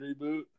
reboot